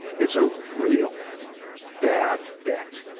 it's a real bad bet.